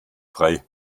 frei